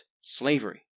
slavery